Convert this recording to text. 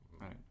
right